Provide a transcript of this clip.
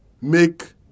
make